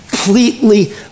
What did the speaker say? completely